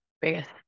biggest